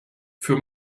für